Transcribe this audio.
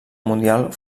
mundial